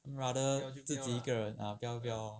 他们 rather 自己一个人不要 then 不要 lor